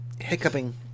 Hiccuping